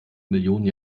millionen